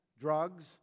drugs